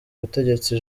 butegetsi